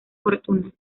fortuna